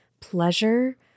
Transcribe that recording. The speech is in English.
pleasure